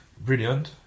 Brilliant